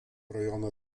rajono